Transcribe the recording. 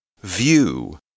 View